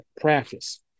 practice